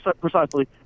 precisely